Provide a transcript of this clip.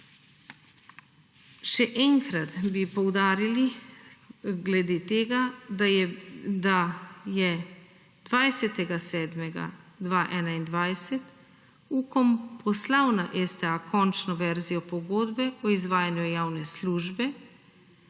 Še enkrat bi poudarili glede tega, da je 20. julija 2021, UKOM poslal na STA končno verzijo pogodbe o izvajanju javne službe,